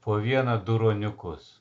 po vieną du ruoniukus